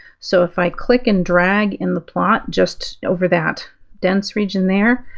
so if i click and drag in the plot just over that dense region there,